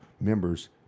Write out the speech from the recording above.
members